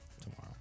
tomorrow